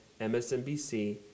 MSNBC